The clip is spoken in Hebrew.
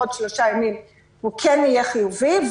עוד שלושה ימים הוא כן יהיה חיובי.